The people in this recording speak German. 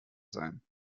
sein